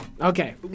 Okay